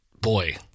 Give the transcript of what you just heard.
boy